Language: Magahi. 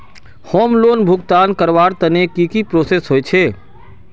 होम लोन भुगतान करवार तने की की प्रोसेस होचे?